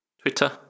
Twitter